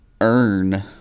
earn